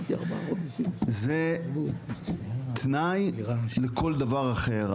זה תנאי לכל דבר אחר.